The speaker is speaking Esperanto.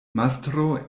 mastro